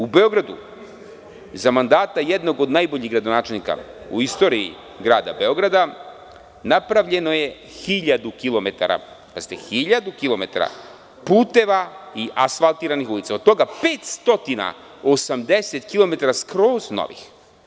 U Beogradu, za mandata jednog od najboljih gradonačelnika u istoriji grada Beograda, napravljeno je hiljadu kilometara puteva i asfaltiranih ulica, od toga 580 km skroz novih.